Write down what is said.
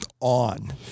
on